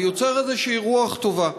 ויוצר איזו רוח טובה.